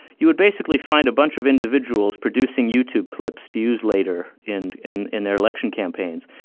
you would basically find a bunch of individuals producing youtube clips to use later in in in their election campaigns.